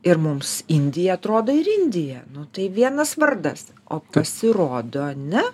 ir mums indija atrodo ir indija nu tai vienas vardas o tas įrodo ne